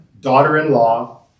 daughter-in-law